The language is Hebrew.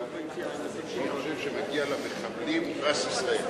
גברתי היושבת-ראש, כנסת נכבדה,